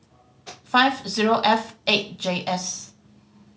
five zero F eight J S